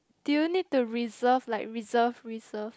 do you need to reserve like reserve reserve